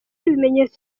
ibimenyetso